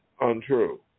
untrue